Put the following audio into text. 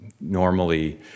normally